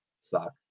suck